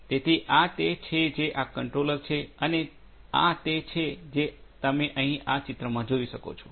તેથી આ તે છે જે આ કંટ્રોલર છે અને આ તે છે જે તમે અહીં આ ચિત્રમાં જોઈ શકો છો